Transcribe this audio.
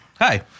Hi